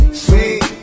sweet